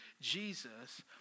Jesus